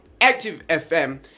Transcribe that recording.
activefm